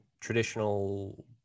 traditional